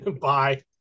Bye